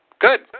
Good